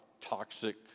toxic